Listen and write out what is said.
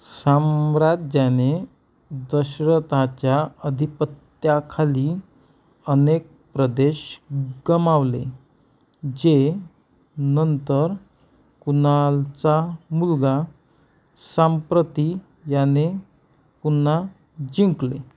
साम्राज्याने दशरथाच्या आधिपत्याखाली अनेक प्रदेश गमावले जे नंतर कुनालचा मुलगा सांप्रती याने पुन्हा जिंकले